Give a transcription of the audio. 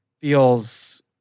feels